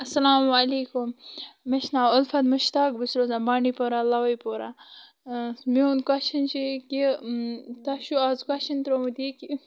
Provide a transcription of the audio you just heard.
اسلامُ وعلیکُم مےٚ چھُ ناو اُلفت مُشتاق بہٕ چھَس روزان بانڈی پورہ لاوی پورہ میون کۄسچَن چھُ یہِ کہِ تۄہہِ چھُو کۄسچَن ترومُت یہ کہِ